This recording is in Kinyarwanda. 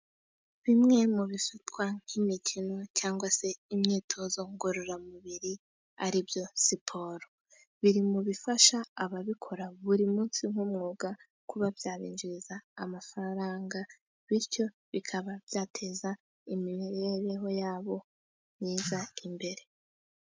Bimwe mu bifatwa nk'imikino cyangwa se imyitozo ngororamubiri, aribyo siporo. Biri mu bifasha ababikora buri munsi nk'umwuga kuba byabinjiriza amafaranga. Bityo bikaba byateza imibereho yabo myiza imbere.